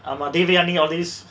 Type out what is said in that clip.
ஆமா:aama dhevayaani all this